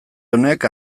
honek